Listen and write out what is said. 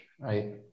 right